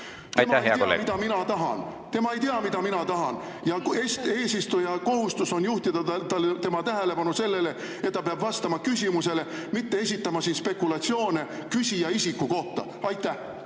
Tema ei tea, mida mina tahan. Tema ei tea, mida mina tahan! Eesistuja kohustus on juhtida tema tähelepanu sellele, et ta peab vastama küsimusele, mitte esitama spekulatsioone küsija isiku kohta. Aitäh,